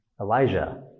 Elijah